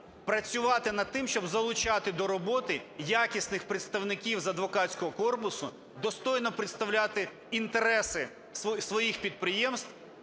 працювати над тим, щоб залучати до роботи якісних представників з адвокатського корпусу, достойно представляти інтереси своїх підприємств,